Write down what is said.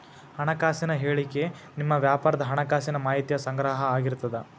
ಹಣಕಾಸಿನ ಹೇಳಿಕಿ ನಿಮ್ಮ ವ್ಯಾಪಾರದ್ ಹಣಕಾಸಿನ ಮಾಹಿತಿಯ ಸಂಗ್ರಹ ಆಗಿರ್ತದ